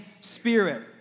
spirit